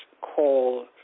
call